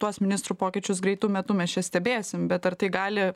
tuos ministrų pokyčius greitu metu mes čia stebėsim bet ar tai gali